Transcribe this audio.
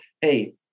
hey